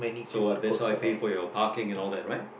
so that's why I pay for your parking and all that right